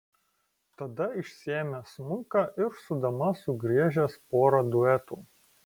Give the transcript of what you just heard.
tada išsiėmęs smuiką ir su dama sugriežęs porą duetų